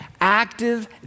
active